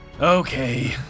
Okay